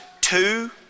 two